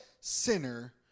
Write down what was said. sinner